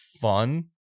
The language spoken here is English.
fun